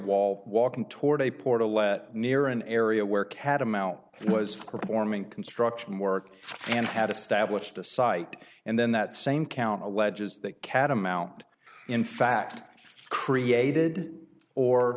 wall walking toward a portal near an area where catamount was performing construction work and had established a site and then that same county alleges that catamount in fact created or